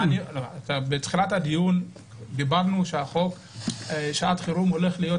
בתחילת הדיון דברנו שהחוק לשעת חירום הולך להיות